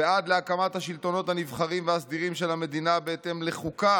ועד להקמת השלטונות הנבחרים והסדירים של המדינה בהתאם לחוקה